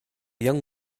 young